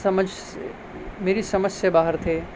سمجھ میری سمجھ سے باہر تھے